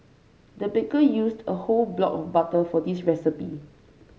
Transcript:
the baker used a whole block of butter for this recipe